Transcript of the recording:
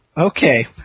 Okay